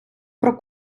про